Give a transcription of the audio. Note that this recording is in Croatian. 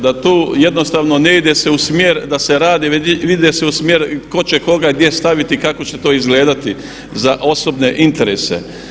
Da to jednostavno ne ide se u smjer da se radi već ide se u smjer tko će koga gdje staviti, kako će to izgledati za osobne interese.